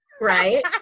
Right